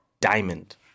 diamond